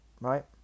right